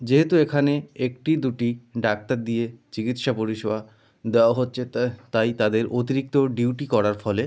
যেহেতু এখানে একটি দুটি ডাক্তার দিয়ে চিকিৎসা পরিষেবা দেওয়া হচ্ছে তাই তাদের অতিরিক্ত ডিউটি করার ফলে